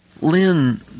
Lynn